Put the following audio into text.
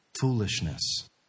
foolishness